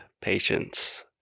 patience